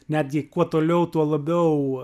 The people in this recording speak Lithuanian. netgi kuo toliau tuo labiau